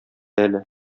әле